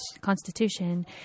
Constitution